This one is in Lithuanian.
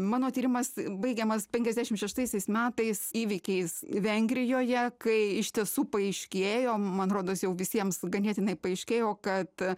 mano tyrimas baigiamas penkiasdešimt šeštaisiais metais įvykiais vengrijoje kai iš tiesų paaiškėjo man rodos jau visiems ganėtinai paaiškėjo kad